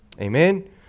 Amen